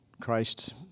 Christ